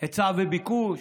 היצע וביקוש.